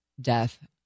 death